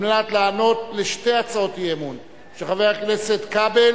לענות על שתי הצעות אי-אמון, של חבר הכנסת כבל